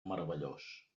meravellós